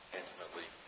intimately